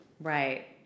Right